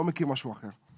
לא מכיר משהו אחר,